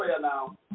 now